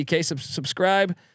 Subscribe